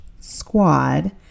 squad